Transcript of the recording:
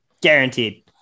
Guaranteed